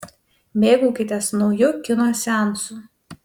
mėgaukitės nauju kino seansu